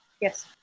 Yes